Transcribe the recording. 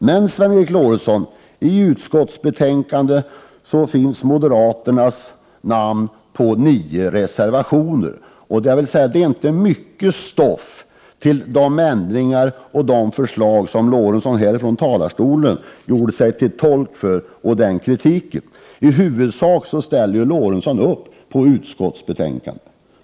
Nio av reservationerna vid utskottsbetänkandet är underskrivna av moderata ledamöter, men i dessa reservationer finns inte mycket av underlag till den kritik som Lorentzon från denna talarstol gjorde sig till tolk för. I huvudsak ställer sig Lorentzon bakom skrivningarna i utskottets betänkande.